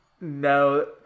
No